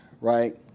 right